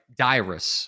Dyrus